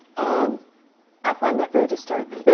um i find that very disturbing. but